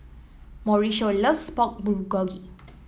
Mauricio loves Pork Bulgogi